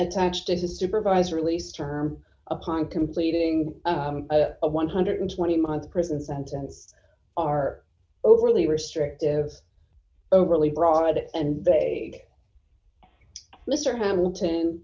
attached to supervise release term upon completing a one hundred and twenty month prison sentence are overly restrictive overly broad and mr hamilton